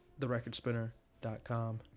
therecordspinner.com